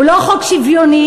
הוא לא חוק שוויוני.